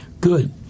good